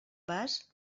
vas